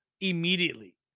Immediately